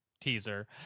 teaser